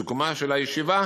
בסיכומה של הישיבה